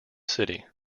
city